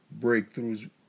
breakthroughs